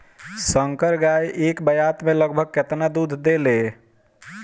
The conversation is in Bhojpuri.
संकर गाय एक ब्यात में लगभग केतना दूध देले?